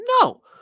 No